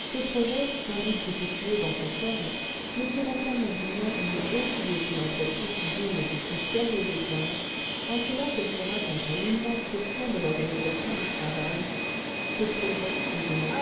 ce projet sans doute défectueux dans sa forme mais qui renfermait du moins une haute idée philanthropique digne du plus sérieux examen en cela qu'elle se rattache à l'immense question de l'organisation du travail ce projet disons-nous